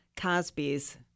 Cosby's